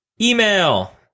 email